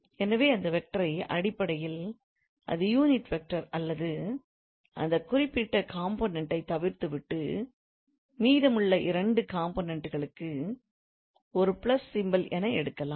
எனவே அந்த வெக்டரை அடிப்படையில் அது யூனிட் வெக்டார் அல்லது அந்த குறிப்பிட்ட காம்போனன்ட் ஐ தவிர்த்து விட்டு மீதமுள்ள 2 காம்போனன்ட்களுக்கு ஒரு பிளஸ் சிம்பல் என எழுதலாம்